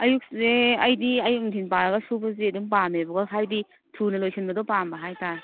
ꯑꯌꯨꯛꯁꯦ ꯑꯩꯗꯤ ꯑꯌꯨꯛ ꯅꯨꯡꯊꯤꯟ ꯄꯥꯔꯒ ꯁꯨꯕꯁꯦ ꯑꯗꯨꯝ ꯄꯥꯝꯃꯦꯕꯀꯣ ꯍꯥꯏꯕꯗꯤ ꯊꯨꯅ ꯂꯣꯏꯁꯤꯟꯕꯗꯣ ꯄꯥꯝꯕ ꯍꯥꯏꯕꯇꯥꯔꯦ